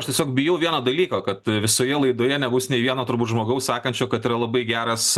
aš tiesiog bijau vieno dalyko kad visoje laidoje nebus nei vieno turbūt žmogaus sakančio kad yra labai geras